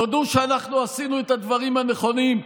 תודו שאנחנו עשינו את הדברים הנכונים,